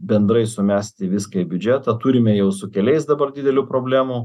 bendrai sumesti viską į biudžetą turime jau su keliais dabar didelių problemų